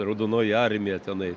raudonoji armija tenai